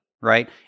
right